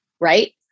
Right